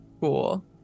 Cool